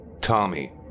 Tommy